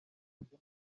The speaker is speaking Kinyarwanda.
ibyo